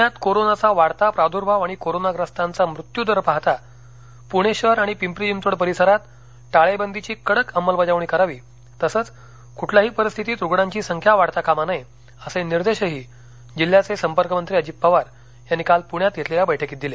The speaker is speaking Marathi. पुण्यात कोरोनाचा वाढता प्रादूर्भाव आणि कोरोनाग्रस्तांचा मृत्यू दर पहाता पुणे शहर आणि पिंपरी चिंचवड परिसरात टाळेबंदीची कडक अंमलबजावणी करावी तसंच कुठल्याही परिस्थितीत रुग्णांची संख्या वाढता कामा नये असे निर्देशही जिल्हयाचे संपर्क मंत्री अजित पवार यांनी काल पुण्यात घेतलेल्या बैठकीत दिले